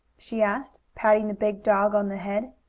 she asked, patting the big dog on the head.